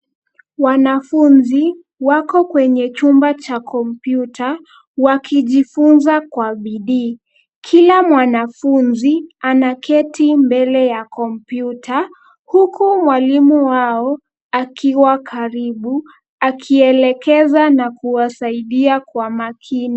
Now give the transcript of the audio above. Wanafunzi, wako kwenye chumba cha kompyuta, wakijifunza kwa bidii. Kila mwanafunzi anaketi mbele ya kompyuta, huku mwalimu wao, akiwa karibu, akiwaelekeza na kuwasaidia kwa umakini.